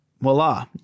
voila